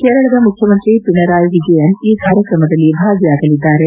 ಕೇರಳದ ಮುಖ್ಯಮಂತ್ರಿ ಪಿಣರಾಯ್ ವಿಜಯನ್ ಈ ಕಾರ್ಯಕ್ರಮದಲ್ಲಿ ಭಾಗಿಯಾಗಲಿದ್ದಾರೆ